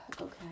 okay